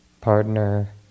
partner